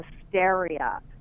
hysteria